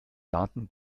daten